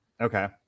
Okay